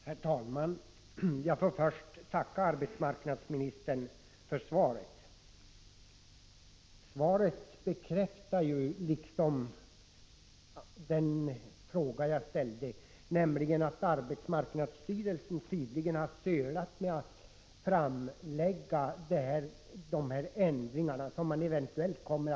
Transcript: Herr talman! Jag får först tacka arbetsmarknadsministern för svaret på min fråga. Svaret bekräftar den uppgift som jag lämnade i min fråga, nämligen att arbetarskyddsstyrelsen har sölat med att framlägga förslagen till ändringar i kungörelsen.